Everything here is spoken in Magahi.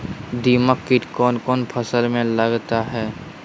दीमक किट कौन कौन फसल में लगता है?